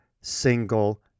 single